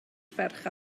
ferch